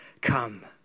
come